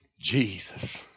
Jesus